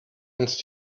uns